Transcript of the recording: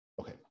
Okay